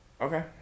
Okay